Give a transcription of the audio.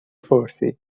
پرسید